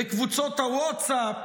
בקבוצות הווטסאפ,